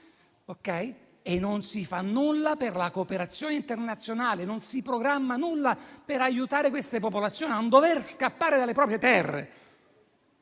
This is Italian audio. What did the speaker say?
ma non si fa nulla per la cooperazione internazionale e non si programma nulla per aiutare queste popolazioni a non dover scappare dalle proprie terre.